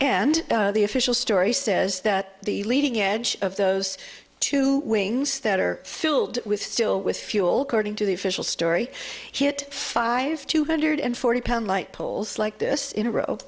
and the official story says that the leading edge of those two wings that are filled with still with fuel cording to the official story hit five two hundred and forty pound light poles like this in a row